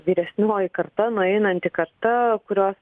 vyresnioji karta nueinanti karta kurios